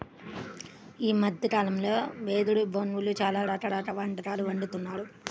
ఈ మద్దె కాలంలో వెదురు బొంగులో చాలా రకాల వంటకాలు వండుతున్నారు